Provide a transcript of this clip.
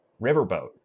Riverboat